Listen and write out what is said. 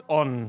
on